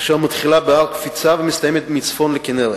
אשר מתחילה בהר-הקפיצה ומסתיימת מצפון לכינרת.